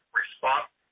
response